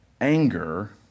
anger